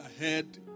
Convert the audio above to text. ahead